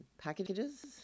packages